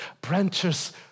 branches